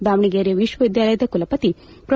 ದಾವಣಗೆರೆ ವಿಕ್ವ ವಿದ್ಯಾಲಯದ ಕುಲಪತಿ ಪ್ರೊ